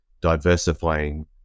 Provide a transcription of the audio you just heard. diversifying